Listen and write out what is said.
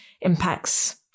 impacts